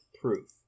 proof